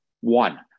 One